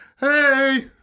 Hey